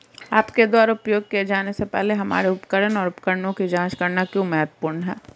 आपके द्वारा उपयोग किए जाने से पहले हमारे उपकरण और उपकरणों की जांच करना क्यों महत्वपूर्ण है?